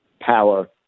power